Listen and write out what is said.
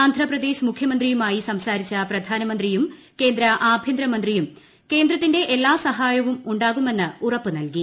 ആന്ധ്രാപ്രദേശ് മുഖ്യമന്ത്രിയുമായി സംസാരിച്ച പ്രധാനമന്ത്രിയും കേന്ദ്ര ആഭ്യന്തരമന്ത്രിയും കേന്ദ്രത്തിന്റെ എല്ലാ സഹായവും ഉണ്ടാകുമെന്ന് ഉറപ്പ് നൽകി